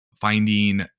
finding